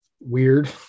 weird